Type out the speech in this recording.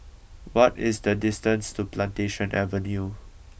what is the distance to Plantation Avenue